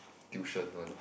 tuition one